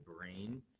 brain